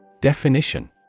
Definition